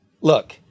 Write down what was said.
look